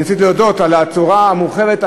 אני רציתי להודות על הצורה המורחבת,